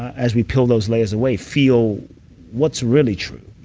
as we peel those layers away, feel what's really true,